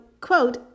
quote